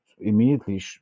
immediately